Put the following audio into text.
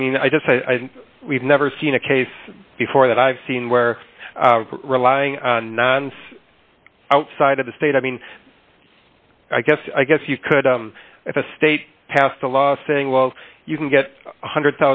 i mean i just i have never seen a case before that i've seen where relying on outside of the state i mean i guess i guess you could if a state passed a law saying well you can get one hundred